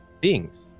beings